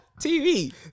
TV